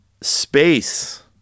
space